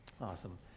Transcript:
Awesome